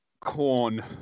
Corn